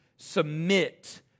Submit